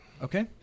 Okay